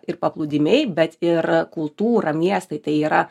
ir paplūdimiai bet ir kultūra miestai tai yra